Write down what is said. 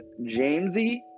Jamesy